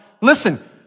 listen